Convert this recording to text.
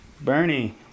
bernie